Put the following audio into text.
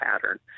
pattern